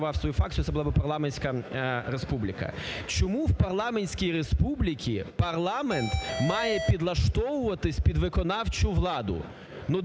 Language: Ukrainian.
не контролював свою фракцію, це була би парламентська республіка. Чому в парламентській республіці парламент має підлаштовуватись під виконавчу владу?